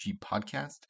podcast